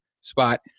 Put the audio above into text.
spot